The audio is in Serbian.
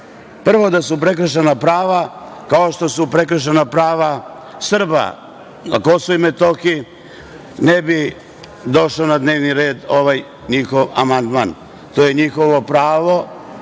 da su prekršena prava kao što su prekršena prava Srba na KiM ne bi došao na dnevni red ovaj njihov amandman. To je njihovo pravo